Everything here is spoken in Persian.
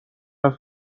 است